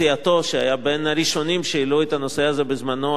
שהיה בין הראשונים שהעלו את הנושא הזה בזמנו על סדר-היום,